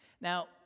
Now